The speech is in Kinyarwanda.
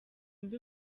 mbi